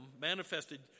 manifested